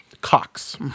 Cox